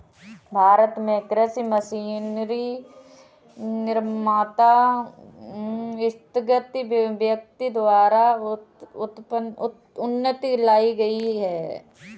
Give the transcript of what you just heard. भारत में कृषि मशीनरी निर्माता स्थगित व्यक्ति द्वारा उन्नति लाई गई है